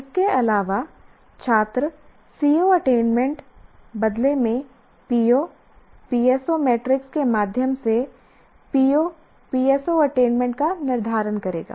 इसके अलावा छात्र CO अटेनमेंट attainment बदले में PO PSO मैट्रिक्स के माध्यम से PO PSO अटेनमेंट का निर्धारण करेगा